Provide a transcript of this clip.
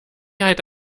halt